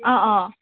ꯑꯥ ꯑꯥ